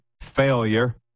failure